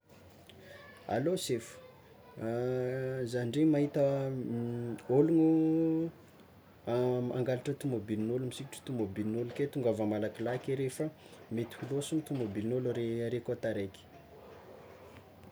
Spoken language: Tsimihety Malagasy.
Allo sefo, zah ndregny mahita ologno mangalatra tômôbilin'ôlo misikotry tômôbilin'olo, ke tongava malakilaky are fa mety ho losony tômôbilin'olo re are koa tareky.